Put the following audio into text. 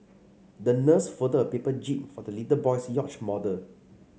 the nurse folded a paper jib for the little boy's yacht model